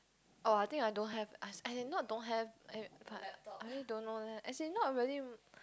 oh I think I don't have I didn't not I but I really don't know that actually not really